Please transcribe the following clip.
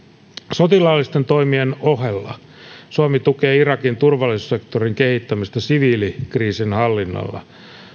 sotilaallisten toimien ohella suomi tukee irakin turvallisuussektorin kehittämistä siviilikriisinhallinnalla